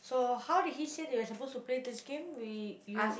so how did he say that we are supposed to play this game we you